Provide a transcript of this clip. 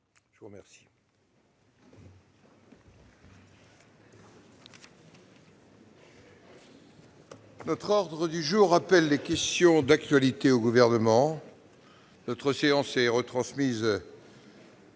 Je vous remercie